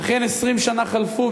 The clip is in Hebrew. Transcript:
אכן 20 שנה חלפו,